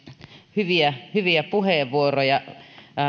hyviä hyviä puheenvuoroja